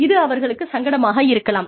இது அவர்களுக்குச் சங்கடமாக இருக்கலாம்